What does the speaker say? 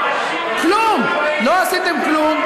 כלום, לא עשיתם כלום.